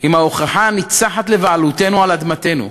עם ההוכחה הניצחת לבעלותנו על אדמתנו,